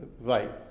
right